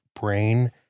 brain